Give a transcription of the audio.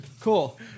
cool